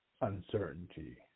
Uncertainty